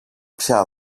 πια